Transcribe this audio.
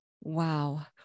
wow